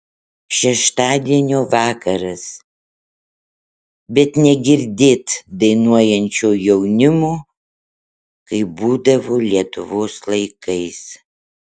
šeštadienio vakaras bet negirdėt dainuojančio jaunimo kaip būdavo lietuvos laikais